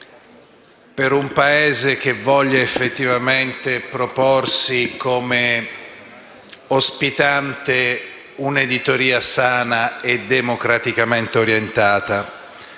per un Paese che voglia effettivamente proporsi come ospitante di un'editoria sana e democraticamente orientata,